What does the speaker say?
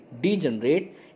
degenerate